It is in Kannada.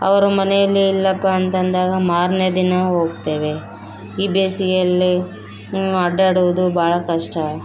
ಅವರು ಮನೆಯಲ್ಲಿ ಇಲ್ಲಪ್ಪ ಅಂತಂದಾಗ ಮಾರನೇ ದಿನ ಹೋಗ್ತೇವೆ ಈ ಬೇಸಿಗೆಯಲ್ಲಿ ಅಡ್ಡಾಡೋದು ಭಾಳ ಕಷ್ಟ